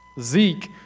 Zeke